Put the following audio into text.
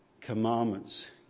commandments